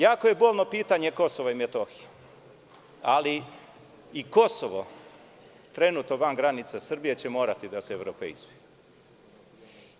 Jako je bolno pitanje Kosova i Metohije, ali i Kosovo, trenutno van granica Srbije, će morati da se evropeizuje.